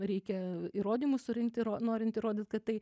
reikia įrodymų surinkti ir norint įrodyt kad tai